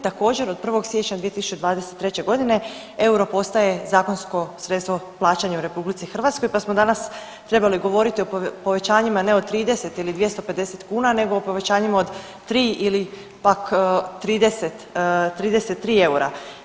Također, od 1. siječnja 2023. godine euro postaje zakonsko sredstvo plaćanja u RH pa smo danas trebali govoriti o povećanjima ne o 30 ili 250 kuna nego o povećanjima od 3 ili pak 33 eura.